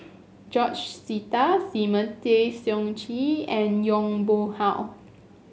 George Sita Simon Tay Seong Chee and Yong Pung How